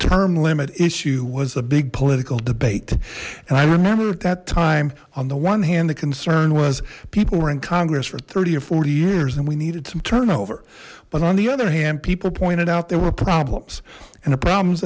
term limit issue was a big political debate and i remember at that time on the one hand the concern was people were in congress for thirty or forty years and we needed some turnover but on the other hand people pointed out there were problems and the problems